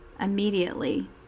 immediately